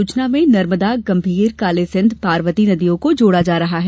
योजना में नर्मदा गंभीर कालीसिंध पार्वती नदियों को जोड़ा जा रहा है